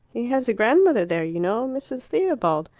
he has a grandmother there, you know mrs. theobald.